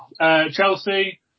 Chelsea